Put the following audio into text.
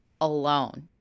alone